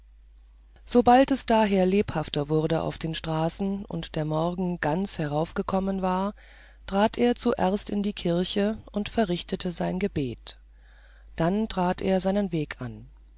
sobald es daher lebhafter wurde auf den straßen und der morgen ganz heraufgekommen war trat er zuerst in die kirche und verrichtete sein gebet dann trat er seinen weg an